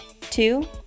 Two